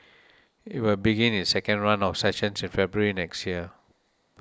it will begin its second run of sessions in February next year